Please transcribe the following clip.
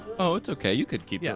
oh, it's okay, you could keep yeah